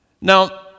Now